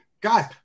guys